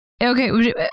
okay